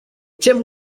kimwe